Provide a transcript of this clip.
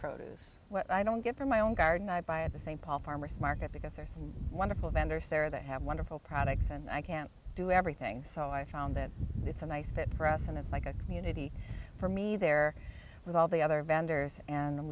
produce what i don't get from my own garden i buy at the st paul farmer's market because there are some wonderful vendors there that have wonderful products and i can't do everything so i found that it's a nice fit for us and it's like a community for me there with all the other vendors and